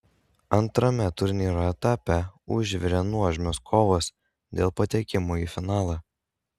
antrame turnyro etape užvirė nuožmios kovos dėl patekimo į finalą